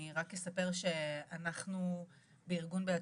אני רק אספר שאנחנו בארגון "בעצמי",